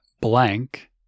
blank